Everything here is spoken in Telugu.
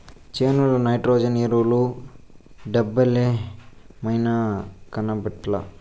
చేనుల నైట్రోజన్ ఎరువుల డబ్బలేమైనాయి, కనబట్లా